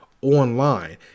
online